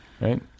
Right